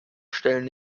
stellen